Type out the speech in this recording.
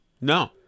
No